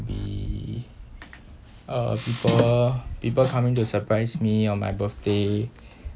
be uh people people coming to surprise me on my birthday